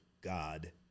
God